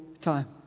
time